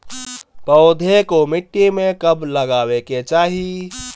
पौधे को मिट्टी में कब लगावे के चाही?